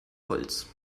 holz